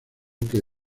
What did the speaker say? que